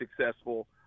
successful